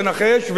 תנחש,